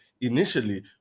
initially